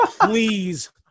Please